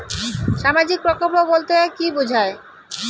সামাজিক প্রকল্প বলতে কি বোঝায়?